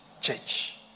church